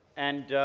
and